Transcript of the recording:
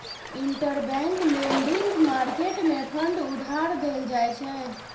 interbank lending market मे fund उधार देल जाइ छै